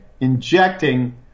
injecting